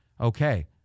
Okay